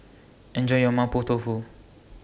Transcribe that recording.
Enjoy your Mapo Tofu